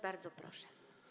Bardzo proszę.